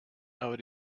aber